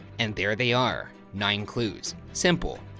and there they are, nine clues. simple,